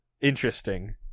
Interesting